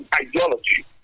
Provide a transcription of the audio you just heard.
ideology